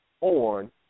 On